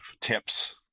tips